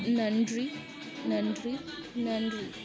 நன்றி நன்றி நன்றி